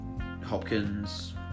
Hopkins